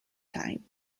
time